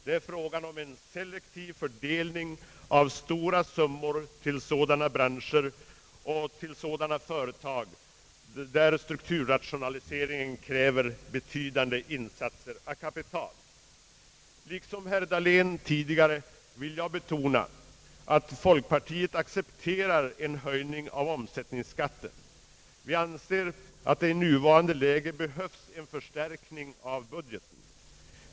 Det är fråga om en selektiv fördelning av stora summor till sådana branscher och till sådana företag där strukturrationalisering kräver betydande insatser av kapital. Liksom herr Dahlén tidigare vill jag betona att folkpartiet accepterar en höjning av omsättningsskatten. Vi anser att det i nuvarande läge behövs en förstärkning av budgeten.